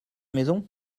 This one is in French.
maison